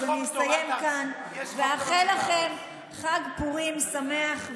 אז אני אסיים כאן ואאחל לכם חג פורים שמח.